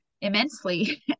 immensely